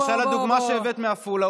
למשל הדוגמה שהבאת מעפולה,